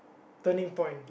turning point